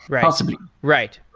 but possibly. right.